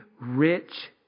rich